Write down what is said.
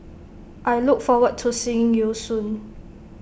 I look forward to seeing you soon